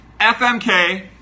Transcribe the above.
FMK